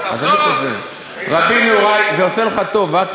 זה עושה לך טוב, אה?